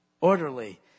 orderly